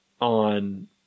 on